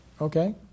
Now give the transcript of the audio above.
Okay